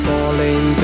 Falling